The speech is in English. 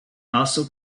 also